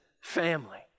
family